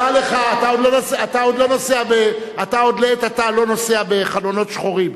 דע לך, אתה עוד, לעת עתה, לא נוסע בחלונות שחורים.